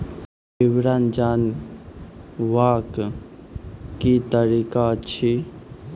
विवरण जानवाक की तरीका अछि?